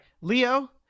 Leo